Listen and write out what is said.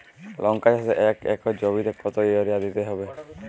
লংকা চাষে এক একর জমিতে কতো ইউরিয়া দিতে হবে?